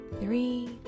three